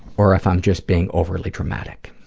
or if i'm just being overly dramatic.